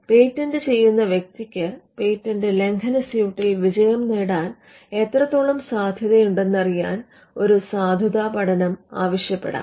patent ചെയ്യുന്ന വ്യക്തിക്ക് patent ലംഘന സ്യൂട്ടിൽ വിജയം നേടാൻ എത്രത്തോളം സാധ്യതയുണ്ടെന്നറിയാൻ ഒരു സാധുതാ പഠനം ആവശ്യപ്പെടാം